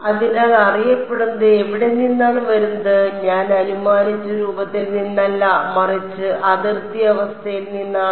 അതിനാൽ അറിയപ്പെടുന്നത് എവിടെ നിന്നാണ് വരുന്നത് ഞാൻ അനുമാനിച്ച രൂപത്തിൽ നിന്നല്ല മറിച്ച് അതിർത്തി അവസ്ഥയിൽ നിന്നാണ്